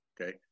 okay